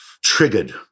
triggered